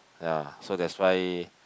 ah so that's why